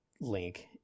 Link